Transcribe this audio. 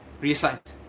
Recite